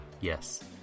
yes